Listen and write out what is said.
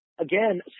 again